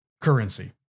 currency